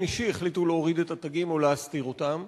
אישי החליטו להוריד את התגים או להסתיר אותם,